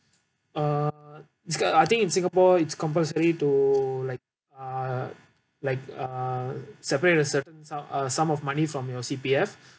uh it's uh I think in singapore it's compulsory to like uh like uh separate a certain su~ uh sum of money from your C_P_F